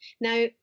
Now